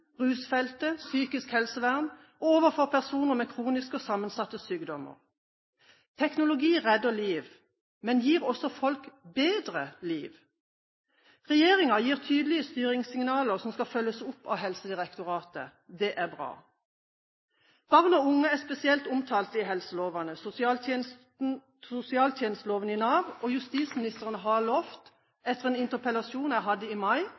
rusfeltet, i psykisk helsevern og overfor personer med kroniske og sammensatte sykdommer. Teknologi redder liv, men gir også folk bedre liv. Regjeringen gir tydelige styringssignaler som skal følges opp av helsedirektoratet. Det er bra! Barn og unge er spesielt omtalt i helselovene, sosialtjenesteloven i Nav, og justisministeren har lovet, etter en interpellasjon jeg hadde i mai,